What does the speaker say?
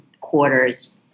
quarters